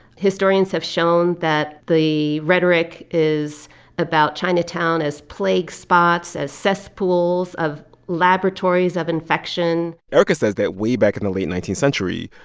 historians have shown that the rhetoric is about chinatown as plague spots, as cesspools, of laboratories of infection erika says that way back in the late nineteenth century,